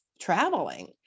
traveling